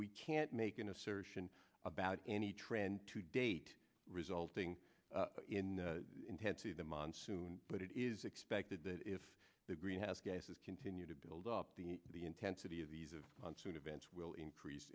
we can't make an assertion about any trend to date resulting in intensity the monsoon but it is expected that if the greenhouse gases continue to build up the the intensity of these of soon events will increase